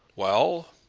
well?